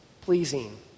pleasing